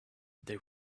they